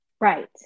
Right